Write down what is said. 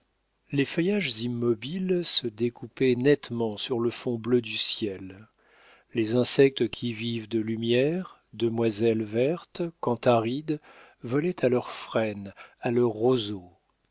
les feuillages immobiles se découpaient nettement sur le fond bleu de ciel les insectes qui vivent de la lumière demoiselles vertes cantharides volaient à leurs frênes à leurs roseaux